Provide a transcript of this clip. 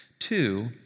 Two